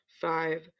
five